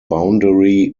boundary